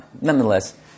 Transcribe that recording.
nonetheless